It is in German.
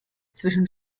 zwischen